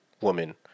woman